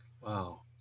Wow